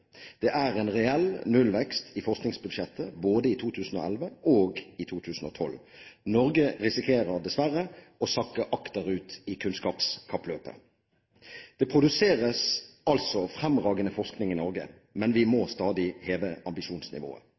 Det er en reell nullvekst i forskningsbudsjettet både i 2011 og i 2012. Norge risikerer dessverre å sakke akterut i kunnskapskappløpet. Det produseres altså fremragende forskning i Norge, men vi må stadig heve ambisjonsnivået.